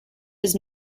his